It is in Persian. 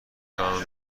توانم